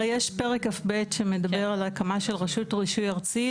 הרי יש פרק כ"ב שמדבר על הקמה של רשות רישוי ארצי,